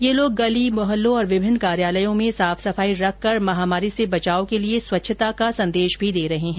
ये लोग गली मोहल्लों और विभिन्न कार्यालयों में साफ सफाई रखकर महामारी से बचाव के लिए स्वच्छता का संदेश भी दे रहे हैं